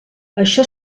això